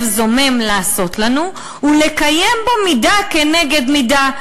זומם לעשות לנו ולקיים בו מידה כנגד מידה".